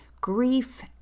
Grief